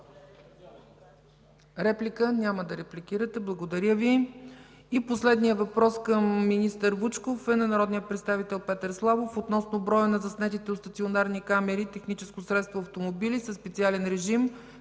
Тачев. Няма да репликирате, благодаря Ви. И последния въпрос към министър Вучков, е на народния представител Петър Славов относно броя на заснетите от стационарни камери – техническо средство, автомобили със специален режим